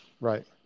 Right